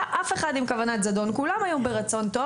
אף אחד עם כוונת זדון; כולם היו ברצון טוב